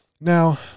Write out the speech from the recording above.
Now